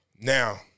Now